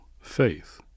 faith